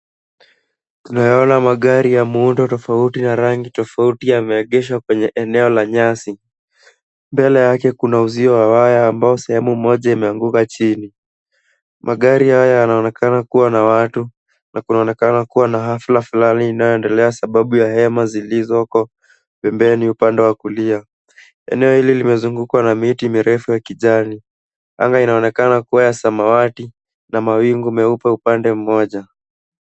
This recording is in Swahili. Tunayaona magari ya muundo tofauti na rangi tofauti yameegeshwa kwenye eneo la nyasi. Mbele yake kuna uzio wa waya ambao sehemu moja imeanguka chini. Magari haya yanaonekana kuwa na watu na kunaonekana kuwa na hafla flani inayoendelea sababu ya hema zilizooko pembeni upande wa kulia. Eneo hili limezungukwa na miti mirefu ya kijani. Anga inaonekana kuwa ya samawati na mawingu meupe upande mmoja.